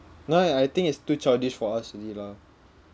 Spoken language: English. no eh I think it's too childish for us already lah